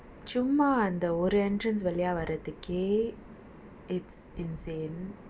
சும்மா அந்த ஒரு:chumma antha oru entrance வழியா வரதுக்கே:valiya varathukkei it's insane